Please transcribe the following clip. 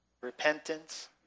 repentance